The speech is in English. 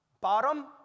bottom